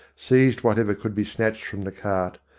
seized whatever could be snatched from the cart,